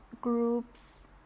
groups